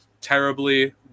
terribly